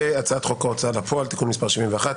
והצעת חוק ההוצאה לפועל (תיקון מס' 71)